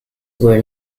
were